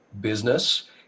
business